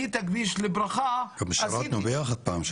אני את הכביש לברכה --- גם שירתנו ביחד פעם.